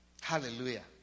hallelujah